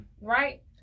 Right